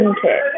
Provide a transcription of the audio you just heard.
Okay